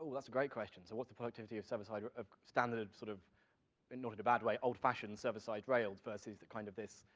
that's a great question. so, what's the productivity of server-side, of of standard sort of, and not in a bad way, old-fashioned server-side rails versus kind of this,